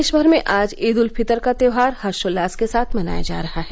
देश भर में आज ईद उल फित्र का त्यौहार हर्षोल्लास के साथ मनाया जा रहा है